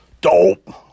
Dope